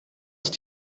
ist